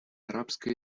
арабская